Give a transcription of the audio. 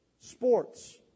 Sports